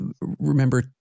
remember